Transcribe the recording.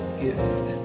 gift